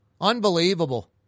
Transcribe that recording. Unbelievable